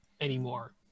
anymore